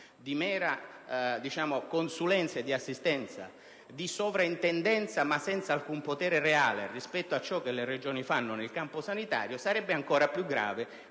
di mera consulenza e assistenza, di sovrintendenza ma senza alcun potere reale rispetto a ciò che le Regioni fanno nel campo sanitario sarebbe ancora più grave